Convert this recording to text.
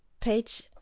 page